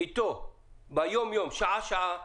בזה ביום-יום, שעה-שעה